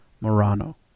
Morano